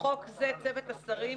"(בחוק זה צוות השרים)",